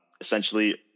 essentially